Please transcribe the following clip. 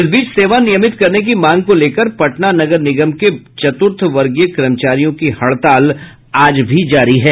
इस बीच सेवा नियमित करने की मांग को लेकर पटना नगर निगम के चतुर्थवर्गीय कर्मचारियों की हड़ताल आज भी जारी है